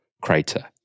crater